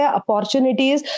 opportunities